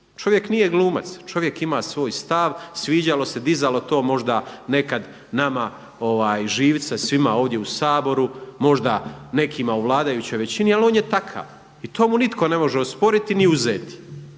Čovjek nije glumac. Čovjek ima svoj stav sviđalo se, dizalo to možda nekada nama živce svima ovdje u Saboru, možda nekima u vladajućoj većini, ali on je takav i to mu nitko ne može osporiti niti uzeti.